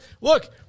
look